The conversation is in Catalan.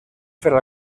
fer